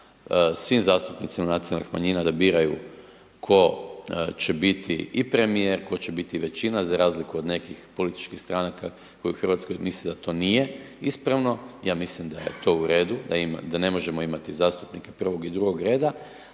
svim zastupnicima nacionalnih manjina da biraju tko će biti i premijer, tko će biti i većina za razliku od nekih političkih stranaka koji u RH misle da to nije ispravno, ja mislim da je to u redu, da ne možemo imati zastupnike prvog i drugog reda,